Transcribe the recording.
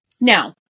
Now